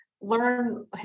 learn